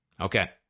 Okay